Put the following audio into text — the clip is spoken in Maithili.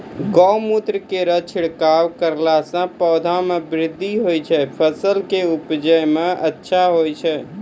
गौमूत्र केरो छिड़काव करला से पौधा मे बृद्धि होय छै फसल के उपजे भी अच्छा होय छै?